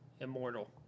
immortal